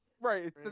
Right